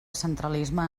centralisme